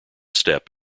step